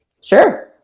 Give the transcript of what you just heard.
Sure